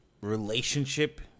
relationship